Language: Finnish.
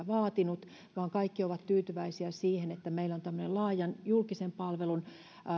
vaatinut vaan kaikki ovat tyytyväisiä siihen että meillä on tämmöinen laajan julkisen palvelun